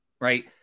right